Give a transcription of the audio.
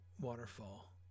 waterfall